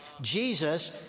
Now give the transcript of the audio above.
Jesus